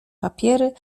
papiery